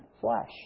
flesh